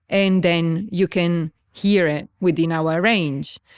and then you can hear it within our range.